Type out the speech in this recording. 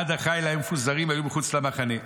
עד החיל מפוזרים היו מחוץ למחנה.